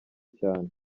cyane